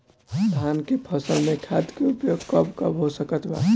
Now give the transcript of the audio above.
धान के फसल में खाद के उपयोग कब कब हो सकत बा?